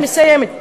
אני מסיימת.